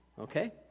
okay